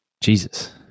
Jesus